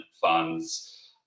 funds